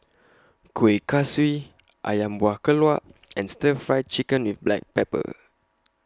Kueh Kaswi Ayam Buah Keluak and Stir Fry Chicken with Black Pepper